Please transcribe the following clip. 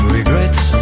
Regrets